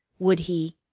would he